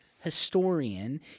historian